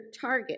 target